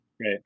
right